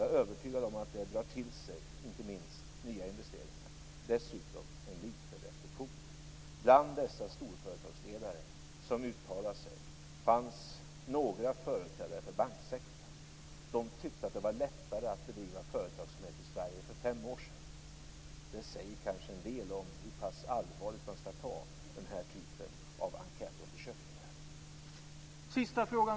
Jag är övertygad om att man då drar till sig inte minst nya investeringar.